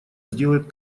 сделает